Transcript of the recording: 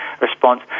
response